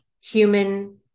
human